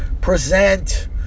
present